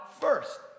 first